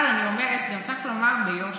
אבל אני אומרת, גם צריך לומר ביושר